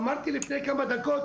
אמרתי לפני כמה דקות,